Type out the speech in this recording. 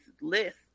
list